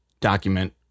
document